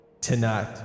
tonight